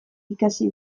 ikasi